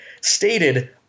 stated